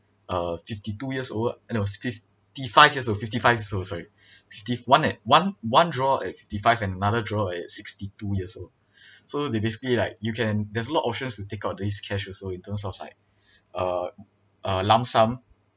uh fifty two years over no fifty five years old fifty five years old sorry fifty~ one at one one draw at fifty five and another draw at sixty two years old so they basically like you can there's a lot of options to take out this cash also in terms of like uh a lump sum